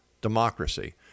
democracy